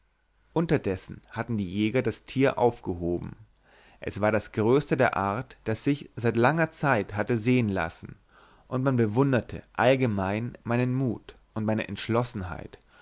unterdessen hatten die jäger das tier aufgehoben es war das größte der art das sich seit langer zeit hatte sehen lassen und man bewunderte allgemein meinen mut und meine entschlossenheit